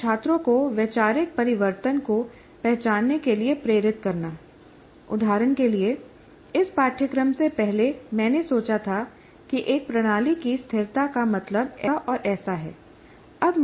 या छात्रों को वैचारिक परिवर्तन को पहचानने के लिए प्रेरित करना उदाहरण के लिए इस पाठ्यक्रम से पहले मैंने सोचा था कि एक प्रणाली की स्थिरता का मतलब ऐसा और ऐसा है